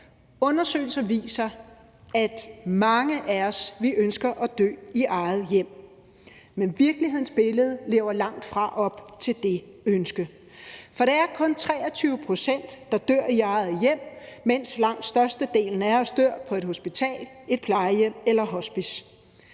undersøgelser viser, at mange af os ønsker at dø i eget hjem. Men virkelighedens billede lever langtfra op til det ønske. For det er kun 23 pct., der dør i eget hjem, mens langt størstedelen af os dør på et hospital, et plejehjem eller et hospice.